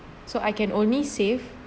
so I can only save